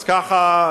אז ככה,